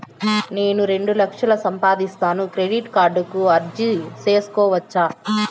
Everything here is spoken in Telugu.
నేను రెండు లక్షలు సంపాదిస్తాను, క్రెడిట్ కార్డుకు అర్జీ సేసుకోవచ్చా?